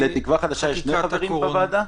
לתקווה חדשה יש שני חברים בוועדה?